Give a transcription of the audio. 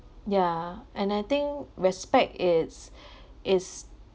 yeah and I think respect it's is